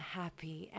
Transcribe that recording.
happy